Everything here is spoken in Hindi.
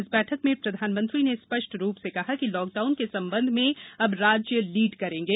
इस बैठक में प्रधानमंत्री ने स्पष्ट रूप से कहा कि लॉकडाउन के संबंध में अब राज्य लीड करेंगे